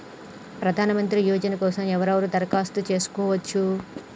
ప్రధానమంత్రి యోజన కోసం ఎవరెవరు దరఖాస్తు చేసుకోవచ్చు?